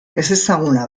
ezezaguna